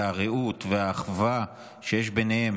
הרעות והאחווה שיש ביניהם